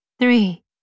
Three